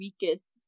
weakest